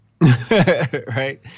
Right